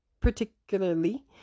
particularly